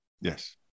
Yes